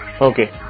Okay